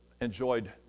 enjoyed